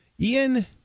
Ian